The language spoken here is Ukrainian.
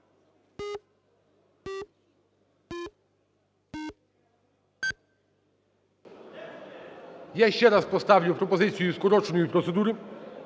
Я ще раз поставлю пропозицію скороченої процедури.